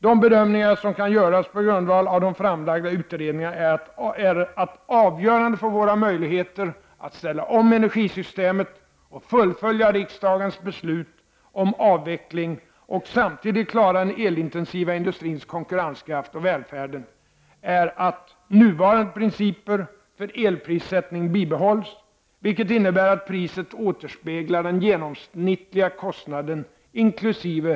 De bedömningar som kan göras på grundval av de framlagda utredningarna är att avgörande för våra möjligheter att ställa om energisystemet och fullfölja riksdagens beslut om avveckling och samtidigt klara den elintensiva industrins konkurrenskraft och välfärden är att nuvarande principer för elprissättning bibehålls, vilket innebär att priset återspeglar den genomsnittliga kostnaden inkl.